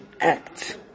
act